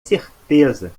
certeza